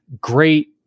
great